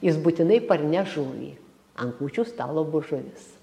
jis būtinai parneš žuvį ant kūčių stalo bus žuvis